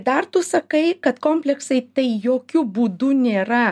dar tu sakai kad kompleksai tai jokiu būdu nėra